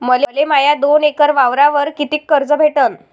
मले माया दोन एकर वावरावर कितीक कर्ज भेटन?